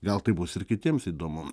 gal tai bus ir kitiems įdomu